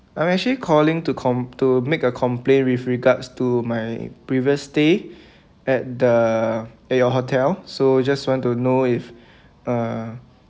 I'm actually calling to com~ to make a complaint with regards to my previous stay at the at your hotel so just want to know if uh